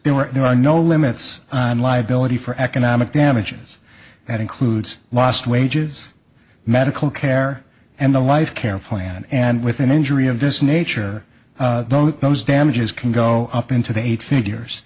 e were there are no limits on liability for economic damages that includes lost wages medical care and the life care plan and with an injury of this nature those damages can go up into the eight